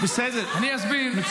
היא אמרה, אנחנו נתמוך.